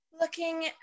Looking